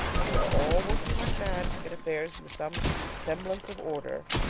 and we are all working like mad to get affairs into some semblance of order.